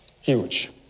huge